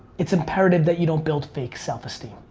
it's imperative that you don't build fake self-esteem.